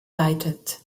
leitet